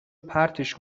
پرتش